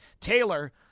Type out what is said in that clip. Taylor